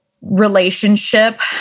relationship